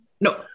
No